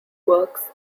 works